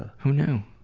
ah who knew?